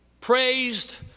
praised